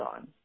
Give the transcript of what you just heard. on